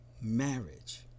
marriage